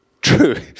True